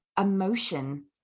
emotion